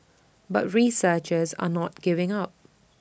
but researchers are not giving up